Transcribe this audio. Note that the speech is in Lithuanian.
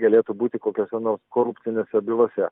galėtų būti kokiose nors korupcinėse bylose